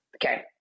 Okay